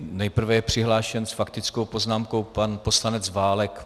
Nejprve je přihlášen s faktickou poznámkou pan poslanec Válek.